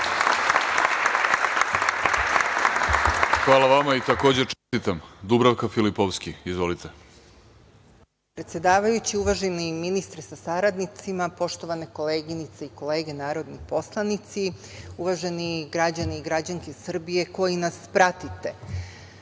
Filipovski. Izvolite. **Dubravka Filipovski** Zahvaljujem, predsedavajući. Uvaženi ministre sa saradnicima, poštovane koleginice i kolege narodni poslanici, uvaženi građani i građanke Srbije koji nas pratite,